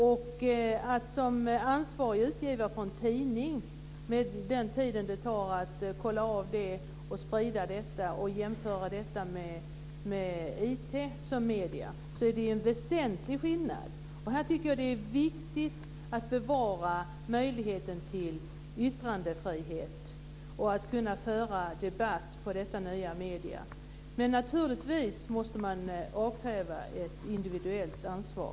Jämför man att som ansvarig utgivare på en tidning ha koll på detta, med den tid det tar, med IT som medium ser man att det är en väsentlig skillnad. Jag tycker att det är viktigt att bevara möjligheten till yttrandefrihet och till att föra debatt med hjälp av detta nya medium. Men naturligtvis måste man avkräva ett individuellt ansvar.